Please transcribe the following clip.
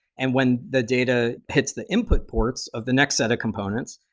and when the data hits the input ports of the next set of components,